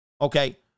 okay